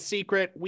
Secret